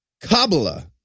Kabbalah